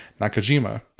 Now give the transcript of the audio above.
Nakajima